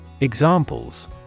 Examples